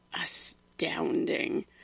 astounding